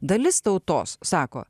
dalis tautos sako